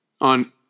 on